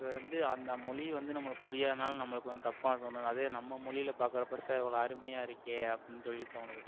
இப்போது வந்து அந்த மொழி வந்து நம்மளுக்கு புரியாததால நம்மளுக்கு வந்து தப்பாக தோணுது அதே நம்ம மொழியில் பாக்கிறப்ப ச்ச இவ்வளோ அருமையாக இருக்கே அப்படின்னு சொல்லி தோணுது